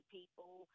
people